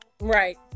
Right